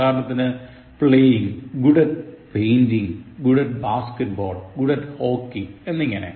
ഉദാഹരണത്തിന് playing good at painting good at basketball good at hockey എന്നിങ്ങനെ